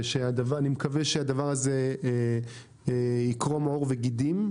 ואני מקווה שהדבר הזה יקרום עור וגידים,